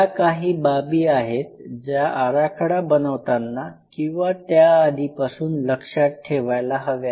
या काही बाबी आहेत ज्या आराखडा बनवताना किंवा त्या आधीपासून लक्षात ठेवायला हव्या